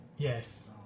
Yes